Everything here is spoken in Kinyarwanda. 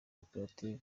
koperative